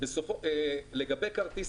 כרטיס